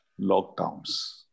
lockdowns